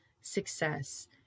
success